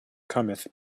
cometh